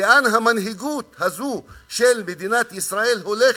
לאן המנהיגות הזאת של מדינת ישראל הולכת.